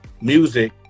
music